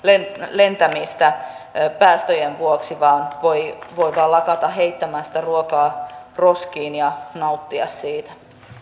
lentämistä päästöjen vuoksi vaan voi voi vain lakata heittämästä ruokaa roskiin ja nauttia siitä